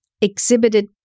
exhibited